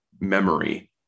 memory